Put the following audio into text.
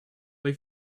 they